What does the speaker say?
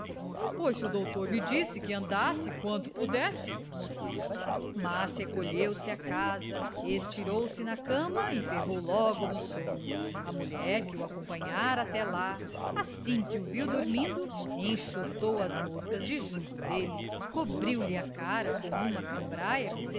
pois se o doutor me disse que andasse quanto pudesse mas recolheu-se à casa estirou se na cama e ferrou logo no sono a mulher que o acompanhara até lá assim que o viu dormindo enxotou as moscas de junto dele cobriu lhe a cara com uma cambraia que servia